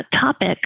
topic